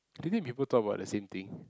do you think people talk about the same thing